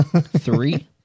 Three